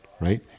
right